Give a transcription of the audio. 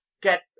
get